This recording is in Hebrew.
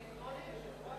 כבוד היושב-ראש,